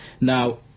Now